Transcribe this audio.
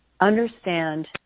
understand